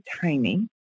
tiny